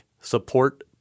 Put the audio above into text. support